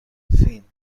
فین